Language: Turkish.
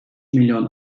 milyon